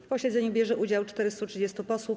W posiedzeniu bierze udział 430 posłów.